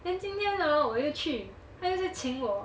then 今天 hor 我又去她又在请我